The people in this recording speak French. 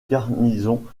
garnison